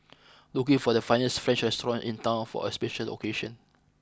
looking for the finest French restaurants in town for a special occasion